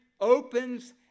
opens